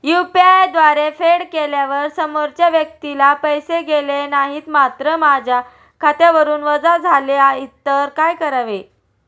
UPI द्वारे फेड केल्यावर समोरच्या व्यक्तीला पैसे गेले नाहीत मात्र माझ्या खात्यावरून वजा झाले तर काय करावे?